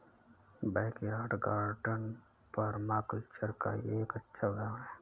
backyard garden permaculture का एक अच्छा उदाहरण हैं